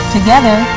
Together